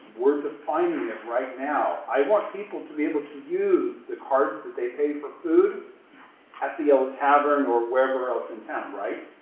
we're defining ah right now. i want people to be able to use the cards that they pay for food at the yellow tavern or wherever else in town, right?